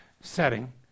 setting